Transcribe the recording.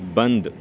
بند